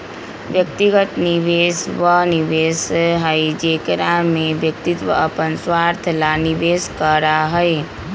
व्यक्तिगत निवेश वह निवेश हई जेकरा में व्यक्ति अपन स्वार्थ ला निवेश करा हई